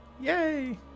Yay